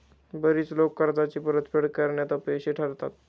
बरीच लोकं कर्जाची परतफेड करण्यात अपयशी ठरतात